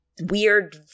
weird